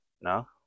No